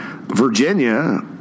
Virginia